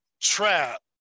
trap